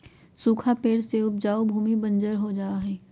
सूखा पड़े से उपजाऊ भूमि बंजर हो जा हई